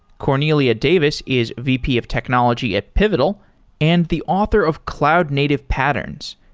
cornelia davis is vp of technology at pivotal and the author of cloud native patterns,